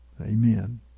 Amen